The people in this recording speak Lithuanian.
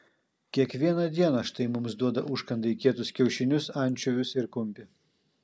kiekvieną dieną štai mums duoda užkandai kietus kiaušinius ančiuvius ir kumpį